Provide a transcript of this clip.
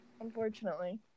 unfortunately